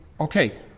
okay